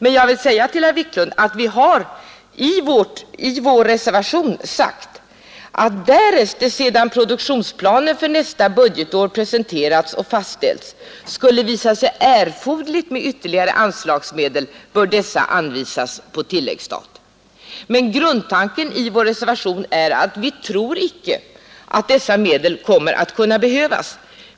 Men jag vill påpeka för herr Wiklund att vi i vår reservation har sagt att därest ”det sedan produktionsplanen för nästa budgetår presenterats och fastställts skulle visa sig erforderligt med ytterligare anslagsmedel bör dessa anvisas på tilläggsstat”. Men grundtanken i vår reservation är att vi inte tror att dessa medel kommer att behövas.